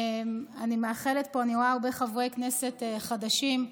אני רואה פה הרבה חברי כנסת חדשים.